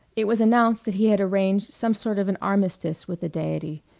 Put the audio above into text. it was announced that he had arranged some sort of an armistice with the deity,